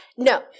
No